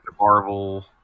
Marvel